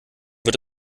wird